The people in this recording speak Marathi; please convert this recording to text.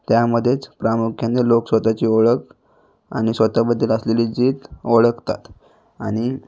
त्यामध्येच प्रामुख्याने लोक स्वतःची ओळख आणि स्वतःबद्दल असलेली जीत ओळखतात आणि